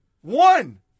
One